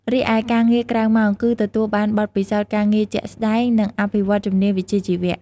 រីឯការងារក្រៅម៉ោង គឺទទួលបានបទពិសោធន៍ការងារជាក់ស្តែង និងអភិវឌ្ឍន៍ជំនាញវិជ្ជាជីវៈ។